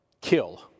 Kill